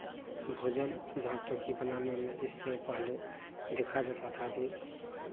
भोजन जहाँ तक कि बनाने में इससे पहले देखा जाता था कि